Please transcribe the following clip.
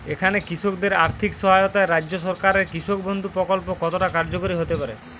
এখানে কৃষকদের আর্থিক সহায়তায় রাজ্য সরকারের কৃষক বন্ধু প্রক্ল্প কতটা কার্যকরী হতে পারে?